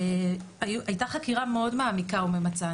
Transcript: הייתה חקירה מאוד מעמיקה וממצה,